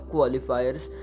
Qualifiers